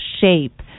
shape